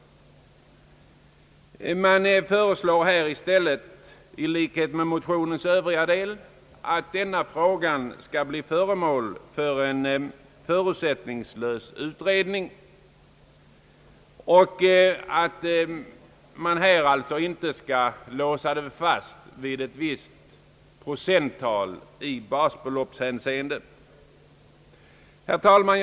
Reservanterna föreslår i stället, i likhet med vad som gäller motionens övriga delar, att denna fråga skall bli föremål för en förutsättningslös utredning, alltså inte en fastlåsning till ett visst procenttal av basbeloppet. Herr talman!